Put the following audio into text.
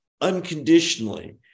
unconditionally